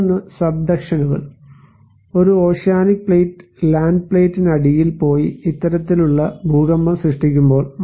മറ്റൊന്ന് സബ്ഡക്ഷനുകൾ ഒരു ഓഷ്യാനിക് പ്ലേറ്റ് ലാൻഡ് പ്ലേറ്റിനടിയിൽ പോയി ഇത്തരത്തിലുള്ള ഭൂകമ്പം സൃഷ്ടിക്കുമ്പോൾ